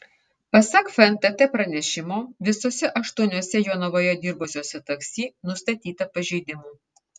pasak fntt pranešimo visuose aštuoniuose jonavoje dirbusiuose taksi nustatyta pažeidimų